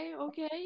Okay